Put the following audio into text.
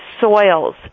soils